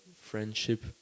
friendship